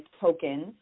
tokens